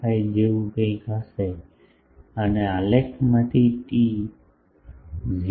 1575 જેવું કંઈક હશે અને આલેખમાંથી ટી 0